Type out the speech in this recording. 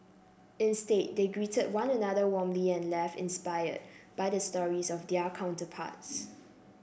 instead they greeted one another warmly and left inspired by the stories of their counterparts